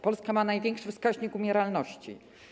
Polska ma największy wskaźnik umieralności.